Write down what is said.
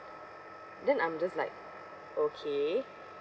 then I'm just like okay